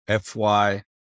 FY